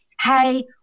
hey